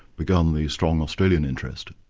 began the strong australian interest.